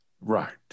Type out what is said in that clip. right